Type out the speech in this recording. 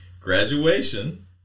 Graduation